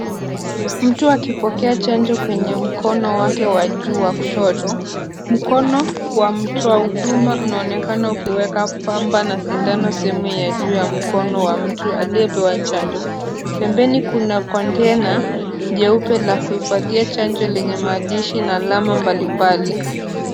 Mtu akipokea chanjo kwenye mkono wake wa juu wa kushoto. Mkono wa mtu wa huduma unaonekana ukiweka pamba na sindano sehemu ya juu ya mkono wa mtu aliyepewa chanjo. Pembeni kuna kontena jeupe la kuhifadhia chanjo lenye maandishi na alama mbalimbali.